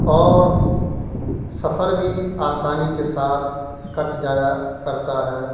اور سفر بھی آسانی کے ساتھ کٹ جایا کرتا ہے